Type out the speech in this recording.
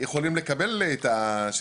יכולים לקבל את השירות.